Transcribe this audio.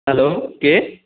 hello কে